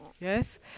yes